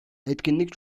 etkinlik